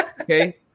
Okay